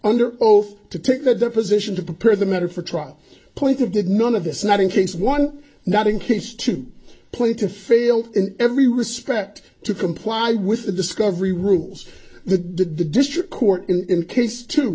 under oath to take the deposition to prepare the matter for trial point of did none of this not in case one not in haste to play to fail in every respect to comply with the discovery rules the district court in case to